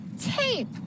tape